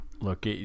look